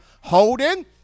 Holden